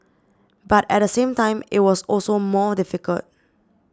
but at the same time it was also more difficult